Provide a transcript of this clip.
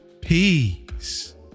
peace